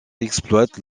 exploite